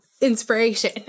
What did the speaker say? inspiration